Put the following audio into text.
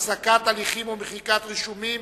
הפסקת הליכים ומחיקת רישומים